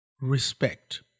respect